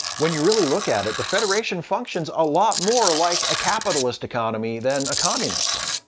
when you really look at it, the federation functions a lot more like a capitalist economy than a communist one.